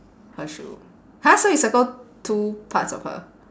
her shoe !huh! so you circle two parts of her